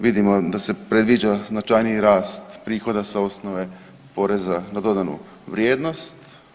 Vidimo da se predviđa značajniji rast prihoda sa osnove poreza na dodanu vrijednost.